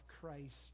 Christ